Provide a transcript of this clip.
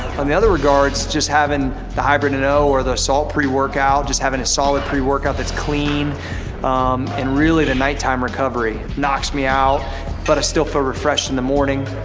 on the other regard's just having the hybrid n and o. or the assault pre-workout, just having a solid pre-workout that's clean and really the nighttime recovery, knocks me out but i still feel refreshed in the morning.